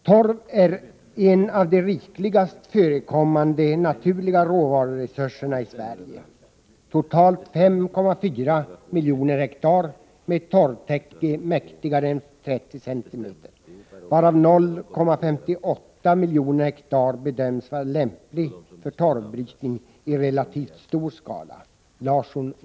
Torv är en av de rikligast förekommande naturliga råvaruresurserna i Sverige — totalt 5,4 miljoner hektar med ett torvtäcke mäktigare än 30 cm, varav 0,58 miljoner hektar bedöms vara lämpliga för torvbrytning i relativt stor skala .